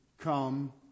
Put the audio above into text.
come